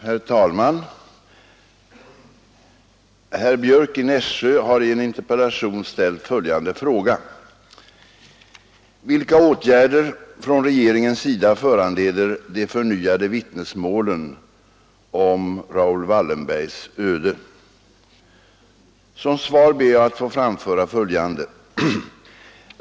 Herr talman! Herr Björck i Nässjö har i en interpellation ställt följande fråga: ”Vilka åtgärder från regeringens sida föranleder de förnyade vittnesmålen om Raoul Wallenbergs öde?” Som svar ber jag få framhålla följande.